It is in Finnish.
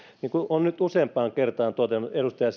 niin kuin olen nyt useampaan kertaan todennut edustaja